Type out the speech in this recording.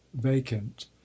vacant